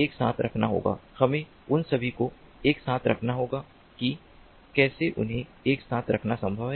एक साथ रखना होगा हमें उन सभी को एक साथ रखना होगा कि कैसे उन्हें एक साथ रखना संभव है